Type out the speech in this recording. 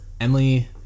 Emily